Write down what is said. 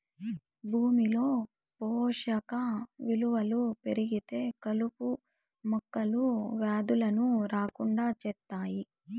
భూమిలో పోషక విలువలు పెరిగితే కలుపు మొక్కలు, వ్యాధులను రాకుండా చేత్తాయి